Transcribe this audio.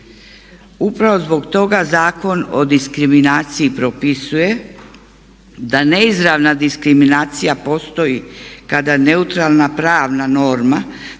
Upravo zbog toga Zakon o diskriminaciji propisuje da ne izravna diskriminacija postoji kada neutralna pravna norma,